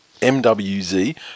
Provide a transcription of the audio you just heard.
MWZ